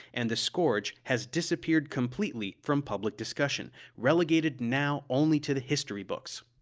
and the scourge has disappeared completely from public discussion, relegated now only to the history books.